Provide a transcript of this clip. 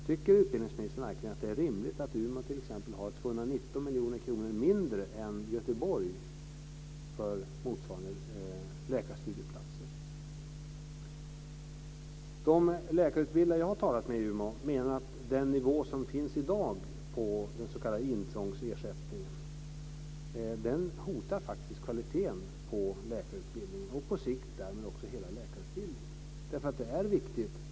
Tycker utbildningsministern verkligen att det är rimligt att t.ex. Umeå har 219 miljoner kronor mindre än Göteborg för motsvarande läkarstudieplatser? De läkarutbildare som jag har talat med i Umeå menar att den nivå som är i dag på den s.k. intrångsersättningen faktiskt hotar kvaliteten på läkarutbildningen och på sikt därmed hela läkarutbildningen.